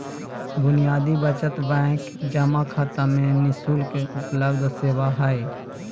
बुनियादी बचत बैंक जमा खाता में नि शुल्क उपलब्ध सेवा हइ